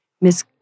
Miss